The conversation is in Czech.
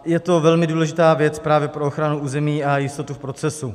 Je to velmi důležitá věc právě pro ochranu území a jistotu v procesu.